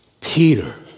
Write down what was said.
Peter